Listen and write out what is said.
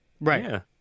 Right